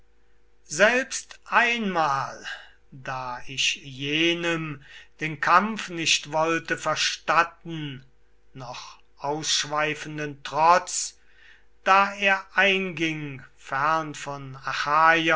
selbst einmal da ich jenem den kampf nicht wollte verstatten noch ausschweifenden trotz da er einging fern von